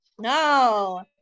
No